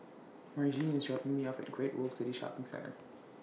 Margene IS dropping Me off At Great World City Shopping Centre